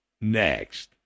next